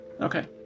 Okay